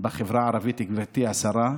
בחברה הערבית, גברתי השרה.